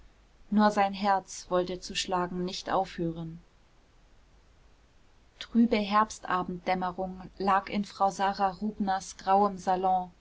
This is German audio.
nur sein herz wollte zu schlagen nicht aufhören trübe herbstabenddämmerung lag in frau sara rubners grauem salon